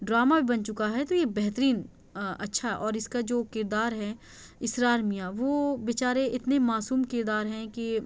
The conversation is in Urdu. ڈراما بھی بن چُکا ہے تو یہ بہترین اچھا اور اِس کا جو کردار ہے اسرار میاں وہ بچارے اتنے معصوم کردار ہیں کہ